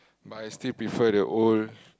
but I still prefer the old